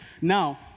Now